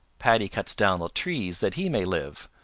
paddy cuts down the trees that he may live,